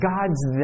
God's